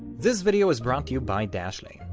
this video is brought to you by dashlane.